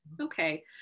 okay